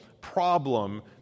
problem